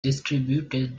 distributed